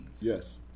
Yes